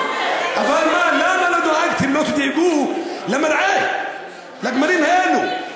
אבל למה שלא תדאגו למרעה לגמלים האלה?